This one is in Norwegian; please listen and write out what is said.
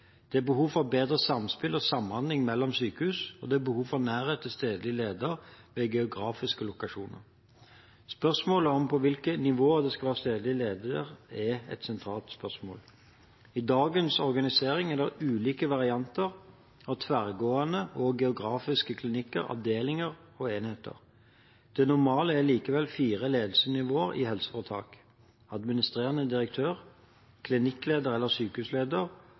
Det er behov for bedre samspill og samhandling mellom sykehus, og det er behov for nærhet til stedlig leder ved de geografiske lokasjonene. Spørsmålet om på hvilket nivå det skal være stedlig leder, er sentralt. I dagens organisering er det ulike varianter av tverrgående og geografiske klinikker, avdelinger og enheter. Det normale er likevel fire ledelsesnivåer i helseforetak: administrerende direktør, klinikkleder eller sykehusleder,